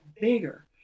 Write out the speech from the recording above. bigger